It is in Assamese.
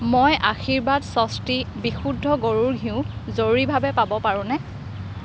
মই আশীৰ্বাদ স্বস্তি বিশুদ্ধ গৰুৰ ঘিউ জৰুৰীভাৱে পাব পাৰোঁনে